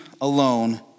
alone